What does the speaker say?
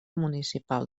municipal